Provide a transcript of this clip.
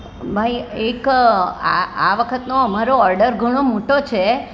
ભાઈ એક આ આ આ વખતે અમારો ઓર્ડર ઘણો મોટો છે